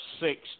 six